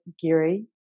Geary